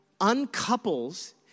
uncouples